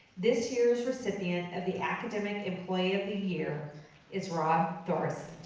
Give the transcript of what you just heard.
this year's recipient of the academic employee of the year is rob thoresen.